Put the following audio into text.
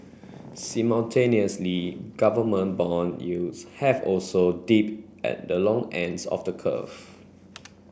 simultaneously government bond yields have also dipped at the long ends of the curve